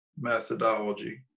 methodology